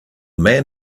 man